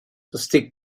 estic